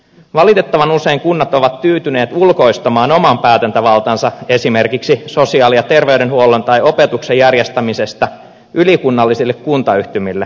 valitettavan usein kunnat ovat tyytyneet ulkoistamaan oman päätäntävaltansa esimerkiksi sosiaali ja terveydenhuollon tai opetuksen järjestämisestä ylikunnallisille kuntayhtymille